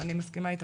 אני מסכימה איתך.